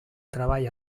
treball